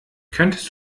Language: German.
könntest